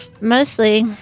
Mostly